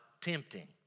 tempting